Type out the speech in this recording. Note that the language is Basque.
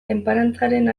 enparantzaren